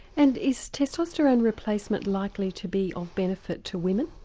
and is testosterone replacement likely to be of benefit to women?